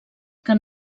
que